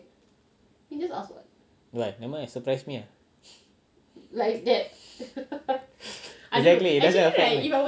but never mind ah surprise me ah exactly